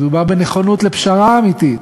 ומדובר בנכונות לפשרה אמיתית.